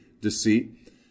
deceit